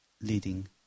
leading